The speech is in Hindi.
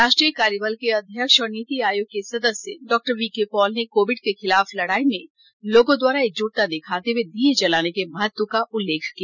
राष्ट्रीय कार्य बल के अध्यक्ष और नीति आयोग के सदस्य डॉ वीके पॉल ने कोविड के खिलाफ लड़ाई में लोगों द्वारा एकजुटता दिखाते हुए दीये जलाने के महत्व का उल्लेख किया